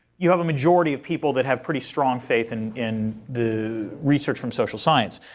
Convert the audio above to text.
you have a majority of people that have pretty strong faith and in the research from social science.